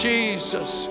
Jesus